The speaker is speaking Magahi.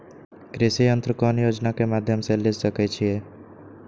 कृषि यंत्र कौन योजना के माध्यम से ले सकैछिए?